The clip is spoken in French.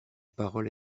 parole